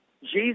Jesus